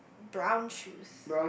brown shoes